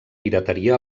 pirateria